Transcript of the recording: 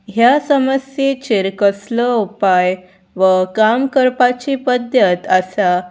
ह्या समस्येचेर कसलो उपाय वा काम करपाची पद्दत आसा